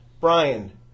Brian